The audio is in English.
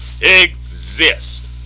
exist